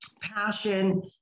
passion